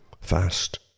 fast